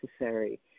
necessary